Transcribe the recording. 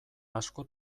asko